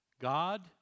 God